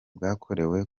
bwakorewe